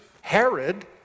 Herod